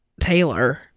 Taylor